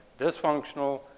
dysfunctional